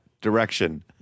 direction